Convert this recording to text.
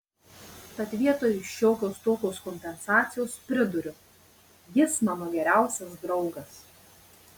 tad vietoj šiokios tokios kompensacijos priduriu jis mano geriausias draugas